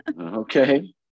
okay